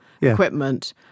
equipment